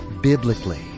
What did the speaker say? biblically